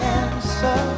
answer